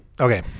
Okay